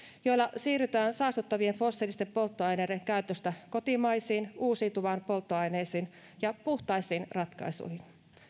joilla siirrytään saastuttavien fossiilisten polttoaineiden käytöstä kotimaisiin uusiutuviin polttoaineisiin ja puhtaisiin ratkaisuihin